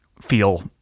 feel